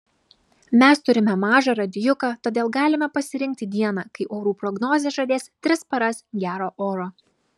mes turime mažą radijuką todėl galime pasirinkti dieną kai orų prognozė žadės tris paras gero oro